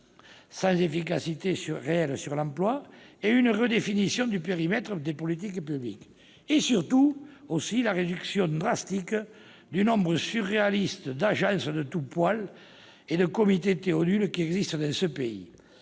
sans efficacité réelle sur l'emploi, la redéfinition du périmètre des politiques publiques et, surtout, la réduction drastique du nombre- surréaliste -d'agences de tout poil et de comités Théodule existant dans notre pays.